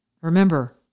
remember